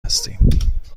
هستیم